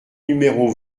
numéros